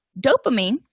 Dopamine